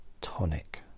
Tonic